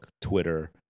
Twitter